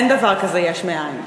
אין דבר כזה יש מאין.